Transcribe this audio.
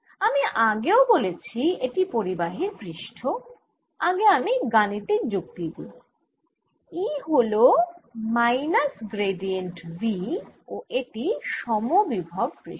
আমি আগেও বলেছি এটি পরিবাহীর পৃষ্ঠ আগে আমি গাণিতিক যুক্তি দিই E হল মাইনাস গ্র্যাডিয়েন্ট V ও এটি সমবিভব পৃষ্ঠ